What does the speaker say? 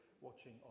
Watching